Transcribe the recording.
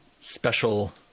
special